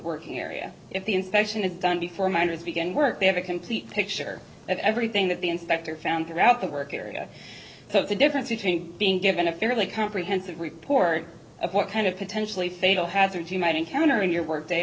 working area if the inspection is done before miners begin work they have a complete picture of everything that the inspector found throughout the work area the difference between being given a fairly comprehensive report of what kind of potentially fatal hazards you might encounter in your work day